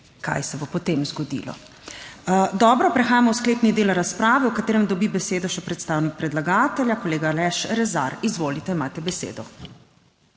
kaj se bo potem zgodilo. Dobro, prehajamo v sklepni del razprave, v katerem dobi besedo še predstavnik predlagatelja, kolega Aleš Rezar. Izvolite, imate besedo.